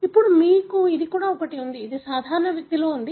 ఇప్పుడు మీకు ఇది కూడా ఉంది ఇది సాధారణ వ్యక్తిలో ఉంది